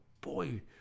boy